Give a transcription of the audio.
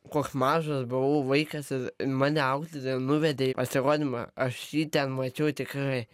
koks mažas buvau vaikas ir mane auklėtoja nuvedė į pasirodymą aš jį ten mačiau tikrai